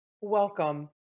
Welcome